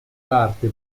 parte